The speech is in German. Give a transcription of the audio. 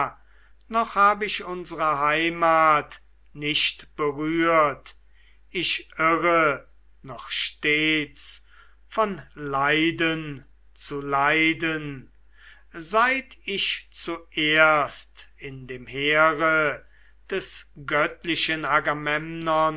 noch hab ich unsere heimat nicht berührt ich irre noch stets von leiden zu leiden seit ich zuerst in dem heere des göttlichen